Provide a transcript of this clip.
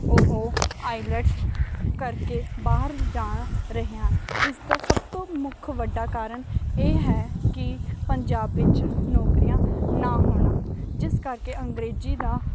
ਉਹ ਆਈਲੈਟਸ ਕਰਕੇ ਬਾਹਰ ਜਾ ਰਹੇ ਹਨ ਇਸ ਦਾ ਸਭ ਤੋਂ ਮੁੱਖ ਵੱਡਾ ਕਾਰਨ ਇਹ ਹੈ ਕਿ ਪੰਜਾਬ ਵਿੱਚ ਨੌਕਰੀਆਂ ਨਾ ਹੋਣਾ ਜਿਸ ਕਰਕੇ ਅੰਗਰੇਜ਼ੀ ਦਾ